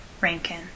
Rankin